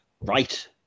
Right